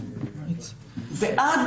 עד